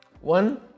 one